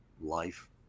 life